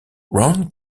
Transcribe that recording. ron